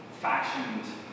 fashioned